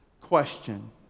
question